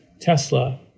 Tesla